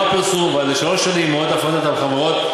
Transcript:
הפרסום ועד לשלוש שנים ממועד הפרדת החברות.